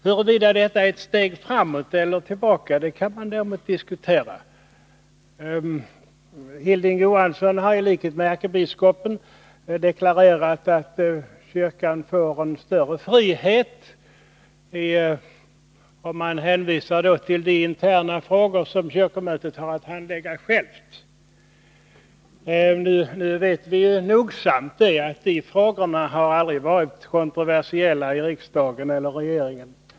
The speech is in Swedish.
Huruvida detta är ett steg framåt eller tillbaka kan man däremot diskutera. Hilding Johansson har i likhet med ärkebiskopen deklarerat att kyrkan får större frihet, och då hänvisar man till de interna frågor som kyrkomötet har att handlägga självt. Nu vet vi nogsamt att de frågorna aldrig har varit kontroversiella, vare sig i riksdagen eller i regeringen.